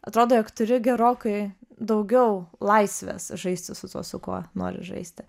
atrodo jog turi gerokai daugiau laisvės žaisti su tuo su kuo nori žaisti